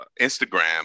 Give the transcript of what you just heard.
Instagram